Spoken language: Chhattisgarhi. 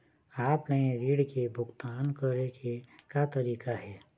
ऑफलाइन ऋण के भुगतान करे के का तरीका हे?